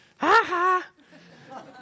Ha-ha